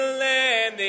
land